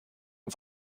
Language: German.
auf